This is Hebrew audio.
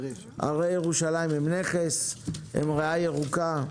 הרי ירושלים הם נכס, הם ריאה ירוקה.